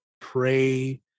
pray